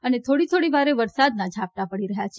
અને થોડી થોડી વારે વરસાદ ઝાપટાં પડી રહ્યાં છે